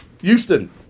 Houston